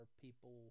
people